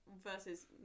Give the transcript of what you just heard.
versus